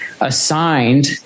assigned